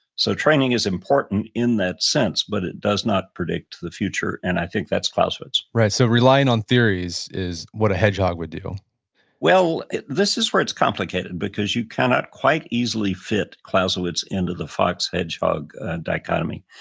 so training is important in that sense, but it does not predict the future and i think that's clausewitz right. so relying on theories is what a hedgehog would do well this is where it's complicated because you cannot quite easily fit clausewitz into the fox hedgehog dichotomy.